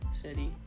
City